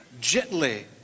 gently